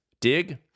Dig